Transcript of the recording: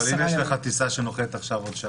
אבל אם יש לך טיסה שנוחתת בעוד שעה?